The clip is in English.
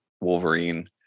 Wolverine